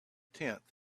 tenth